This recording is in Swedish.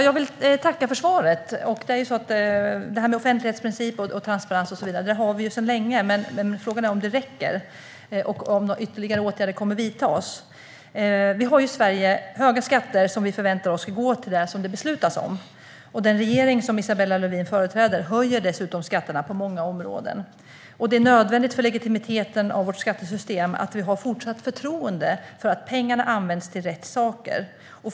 Herr talman! Jag vill tacka statsrådet för svaret. Offentlighetsprincipen, transparens och så vidare är något vi har sedan länge, men frågan är om det räcker och om ytterligare åtgärder kommer att vidtas. Vi har i Sverige höga skatter som vi förväntar oss ska gå till det som man har beslutat om. Den regering som Isabella Lövin företräder höjer dessutom skatterna på många områden. Det är nödvändigt för legitimiteten i vårt skattesystem att vi har fortsatt förtroende för att pengarna används till rätt saker.